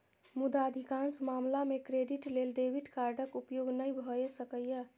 मुदा अधिकांश मामला मे क्रेडिट लेल डेबिट कार्डक उपयोग नै भए सकैए